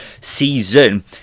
season